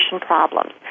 problems